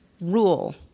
rule